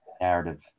narrative